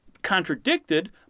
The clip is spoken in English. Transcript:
contradicted